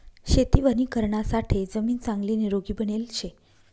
शेती वणीकरणासाठे जमीन चांगली निरोगी बनेल शे